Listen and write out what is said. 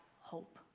hope